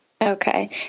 Okay